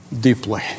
deeply